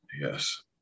yes